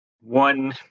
one